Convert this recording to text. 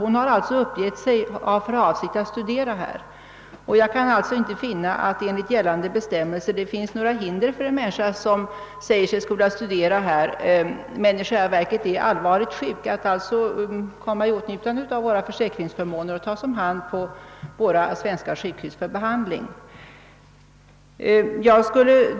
Denna patient hade uppgivit sig ha för avsikt att studera här, och jag kan inte finna att det enligt gällande bestämmelser föreligger några hinder för en människa, som säger sig skola göra det men som i själva verket är allvarligt sjuk, att komma i åtnjutande av våra försäkringsförmåner och bli omhändertagen på våra sjukhus för behandling.